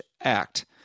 Act